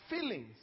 feelings